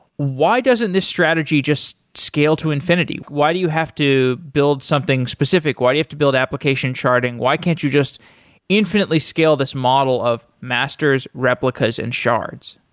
why doesn't this strategy just scale to infinity? why do you have to build something specific? why do you have to build application sharding? why can't you just infinitely scale this model of masters, replicas and shards?